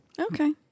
okay